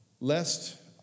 lest